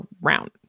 round